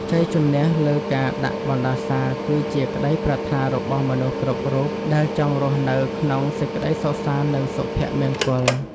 ជ័យជំនះលើការដាក់បណ្តាសាគឺជាក្តីប្រាថ្នារបស់មនុស្សគ្រប់រូបដែលចង់រស់នៅក្នុងសេចក្តីសុខសាន្តនិងសុភមង្គល។